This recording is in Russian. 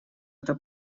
эта